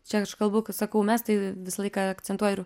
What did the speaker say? čia aš kalbu kai sakau mes tai visą laiką akcentuoju ir